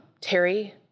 Terry